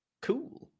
cool